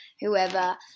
whoever